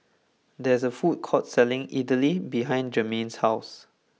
there is a food court selling Idly behind Germaine's house